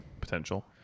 potential